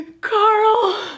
Carl